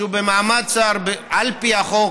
שהוא במעמד שר על פי החוק,